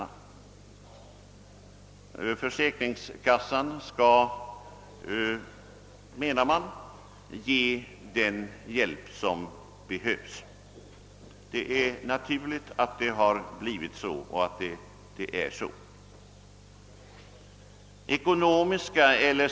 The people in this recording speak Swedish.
Man menar att försäkringskassan skall ge den hjälp som behövs, och det är naturligt att så sker.